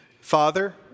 Father